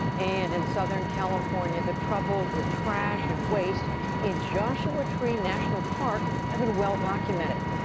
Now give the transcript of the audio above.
and, in southern california, the troubles with trash and waste in joshua tree national park have been well-documented.